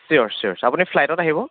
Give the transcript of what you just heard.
ছিয়'ৰ sure আপুনি ফ্লাইটত আহিব